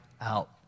out